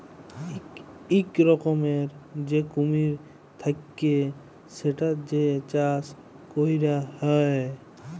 ইক রকমের যে কুমির থাক্যে সেটার যে চাষ ক্যরা হ্যয়